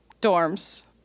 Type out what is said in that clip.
dorms